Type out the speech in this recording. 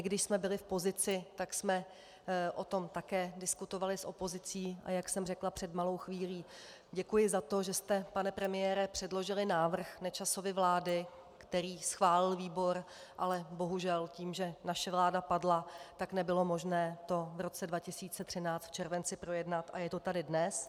Když jsme my byli v pozici, tak jsme o tom také diskutovali s opozicí, a jak jsem řekla před malou chvílí, děkuji za to, že jste, pane premiére, předložili návrh Nečasovy vlády, který schválil výbor, ale bohužel tím, že naše vláda padla, tak nebylo možné to v roce 2013 v červenci projednat, a je to tady dnes.